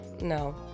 No